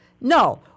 No